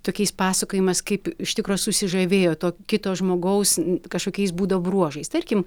tokiais pasakojimas kaip iš tikro susižavėjo to kito žmogaus kažkokiais būdo bruožais tarkim